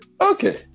Okay